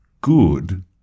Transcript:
good